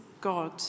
God